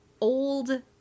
old